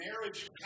marriage